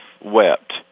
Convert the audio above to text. wept